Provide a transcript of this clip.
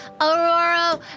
Aurora